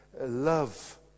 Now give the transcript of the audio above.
love